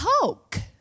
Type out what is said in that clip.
poke